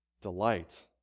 delight